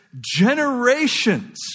generations